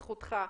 זכותך.